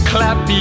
Clap